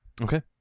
Okay